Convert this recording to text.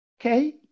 okay